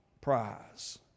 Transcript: prize